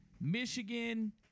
Michigan